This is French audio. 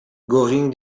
göring